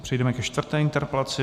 Přejdeme ke čtvrté interpelaci.